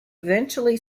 eventually